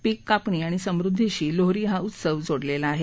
पीक कापणी आणि समृद्दीशी लोहरी हा उत्सव जोडलेला आहे